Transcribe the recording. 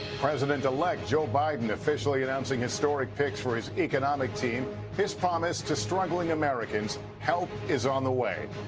president-elect joe biden officially and and historic picks for his economic team. his promise to struggling americans. help is on the way.